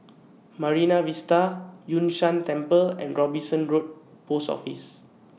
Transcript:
Marine Vista Yun Shan Temple and Robinson Road Post Office